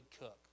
cook